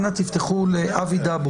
ותפתרו את העניין עם אבי.